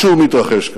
משהו מתרחש.